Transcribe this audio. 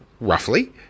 roughly